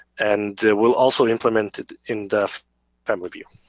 and we'll also implement it in the family view.